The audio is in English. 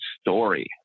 story